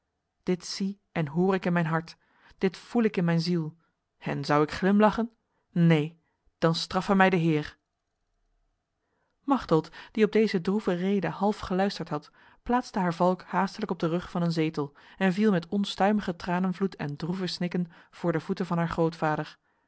dit zie en hoor ik in mijn hart dit voel ik in mijn ziel en zou ik glimlachen neen dan straffe mij de heer machteld die op deze droeve rede half geluisterd had plaatste haar valk haastelijk op de rug van een zetel en viel met onstuimige tranenvloed en droeve snikken voor de voeten van haar grootvader